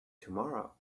tomorrow